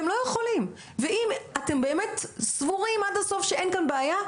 אתם לא יכולים ואם אתם באמת סבורים עד הסוף שאין כאן בעיה,